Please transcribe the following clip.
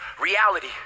reality